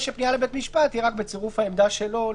3) פנייה לבית המשפט תהיה רק בצירוף העמדה שלו.